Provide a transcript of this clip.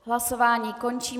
Hlasování končím.